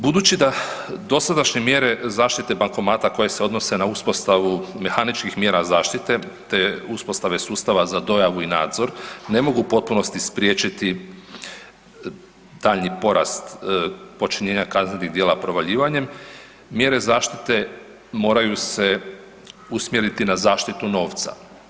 Budući da dosadašnje mjere zaštite bankomata koje se odnose na uspostavu mehaničkih mjera zaštite te uspostave sustava za dojavu i nadzor ne mogu u potpunosti spriječiti daljnji porast počinjenja kaznenih djela provaljivanjem, mjere zaštite moraju se usmjeriti na zaštitu novca.